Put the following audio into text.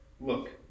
look